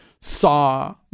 Saw